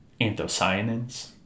anthocyanins